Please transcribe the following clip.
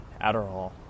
Adderall